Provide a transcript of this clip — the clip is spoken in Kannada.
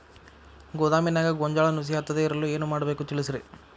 ಗೋದಾಮಿನ್ಯಾಗ ಗೋಂಜಾಳ ನುಸಿ ಹತ್ತದೇ ಇರಲು ಏನು ಮಾಡಬೇಕು ತಿಳಸ್ರಿ